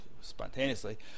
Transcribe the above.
spontaneously